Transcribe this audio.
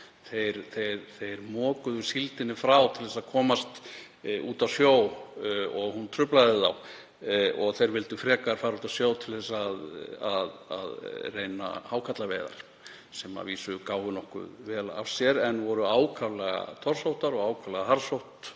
þeir mokuðu síldinni frá til að komast út á sjó og hún truflaði þá. Þeir vildu frekar fara út á sjó til að reyna hákarlaveiðar sem gáfu að vísu nokkuð vel af sér en voru ákaflega torsóttar og ákaflega harðsótt